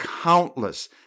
countless